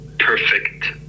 perfect